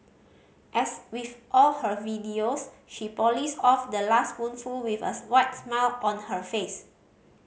as with all her videos she polished off the last spoonful with a wide smile on her face